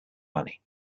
money